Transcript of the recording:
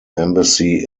embassy